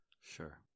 Sure